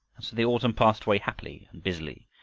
and so the autumn passed away happily and busily,